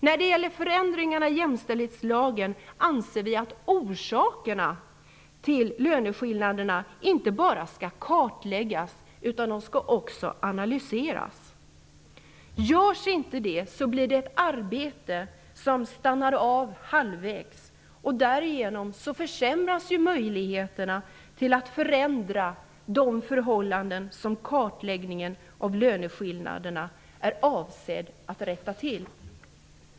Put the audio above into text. När det gäller förändringarna i jämställdhetslagen anser vi att orsakerna till löneskillnaderna inte bara skall kartläggas, utan de skall också analyseras. Om inte det görs blir det ett arbete som stannar av halvvägs. Därigenom försämras möjligheterna att förändra de förhållanden som kartläggningen av löneskillnaderna är avsedd att rätta till.